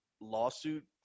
lawsuit